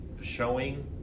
showing